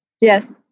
Yes